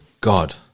God